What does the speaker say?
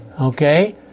Okay